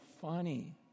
funny